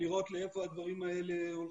לראות לאיפה הדברים האלה הולכים.